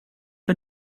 för